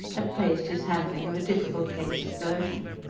had praised his handling of a difficult case of version.